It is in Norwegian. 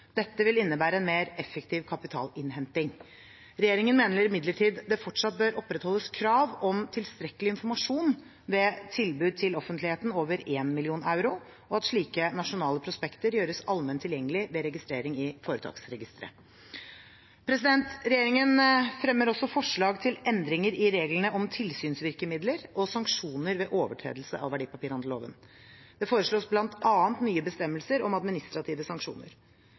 Dette vil innebære mer effektiv kapitalinnhenting. Regjeringen mener imidlertid det fortsatt bør opprettholdes krav om tilstrekkelig informasjon ved tilbud til offentligheten på over 1 mill. euro, og at slike nasjonale prospekter gjøres allment tilgjengelige ved registrering i Foretaksregisteret. Regjeringen fremmer også forslag til endringer i reglene om tilsynsvirkemidler og sanksjoner ved overtredelse av verdipapirhandelloven. Det foreslås bl.a. nye bestemmelser om administrative sanksjoner.